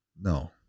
No